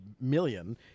million